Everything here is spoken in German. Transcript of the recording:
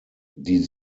die